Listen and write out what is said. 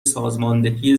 سازماندهی